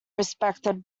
respected